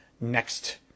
next